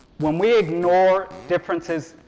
when we ignore differences,